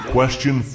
Question